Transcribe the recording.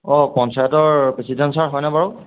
অঁ পঞ্চায়তৰ president sir হয়নে বাৰু